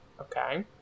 Okay